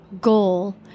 goal